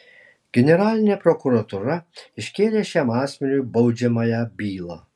generalinė prokuratūra iškėlė šiam asmeniui baudžiamąją bylą